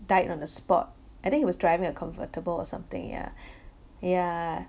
died on the spot I think he was driving a comvertible or something yeah yeah